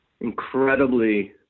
incredibly